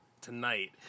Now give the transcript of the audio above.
tonight